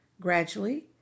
Gradually